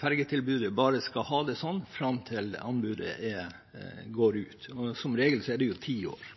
ferjetilbudet, bare skal ha det sånn fram til anbudet går ut? Som regel er det ti år.